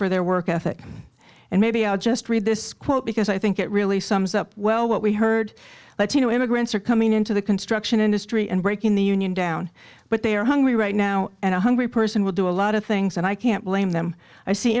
for their work ethic and maybe i'll just read this quote because i think it really sums up well what we heard latino immigrants are coming into the construction industry and breaking the union down but they are hungry right now and a hungry person will do a lot of things and i can't blame them i see